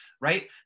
right